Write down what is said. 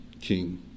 king